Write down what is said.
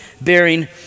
bearing